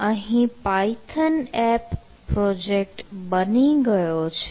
અહીં pythonapp project બની ગયો છે